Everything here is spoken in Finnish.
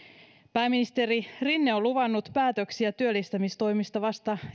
pääministeri rinne on luvannut päätöksiä työllistämistoimista vasta